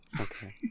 Okay